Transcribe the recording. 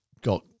got